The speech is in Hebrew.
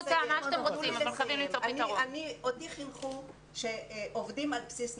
אותי חינכו שעובדים על בסיס נתונים.